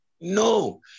No